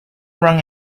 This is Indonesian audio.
orang